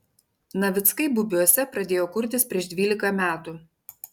navickai bubiuose pradėjo kurtis prieš dvylika metų